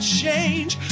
change